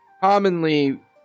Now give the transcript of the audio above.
commonly